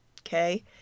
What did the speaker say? Okay